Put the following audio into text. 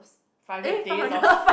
Five Hundred Days of